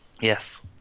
yes